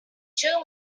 two